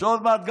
עוד מעט,